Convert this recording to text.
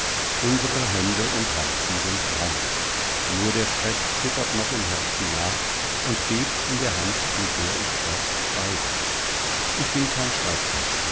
unsere hände und herzen sind rein nur der schreck zittert noch im herzen nach und bebt in der hand mit der ich das schreibe ich bin kein